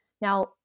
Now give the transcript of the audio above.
Now